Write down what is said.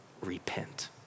repent